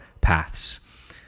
paths